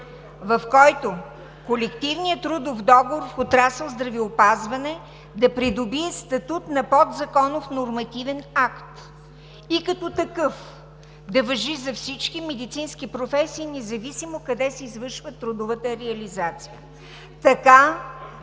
в който колективният трудов договор в отрасъл „Здравеопазване“ да придобие статут на подзаконов нормативен акт и като такъв да важи за всички медицински професии независимо къде се извършва трудовата реализация,